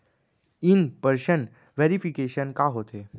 In person verification का होथे?